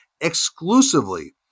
exclusively